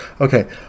Okay